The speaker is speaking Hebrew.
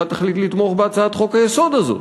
תחליט לתמוך בהצעת חוק-היסוד הזאת.